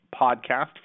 podcast